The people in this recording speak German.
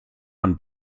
man